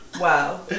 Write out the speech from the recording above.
Wow